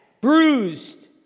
bruised